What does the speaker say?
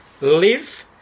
live